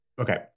Okay